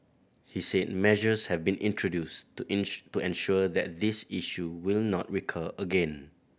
he said measures have been introduced to inch to ensure that this issue will not recur again